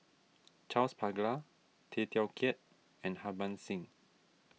Charles Paglar Tay Teow Kiat and Harbans Singh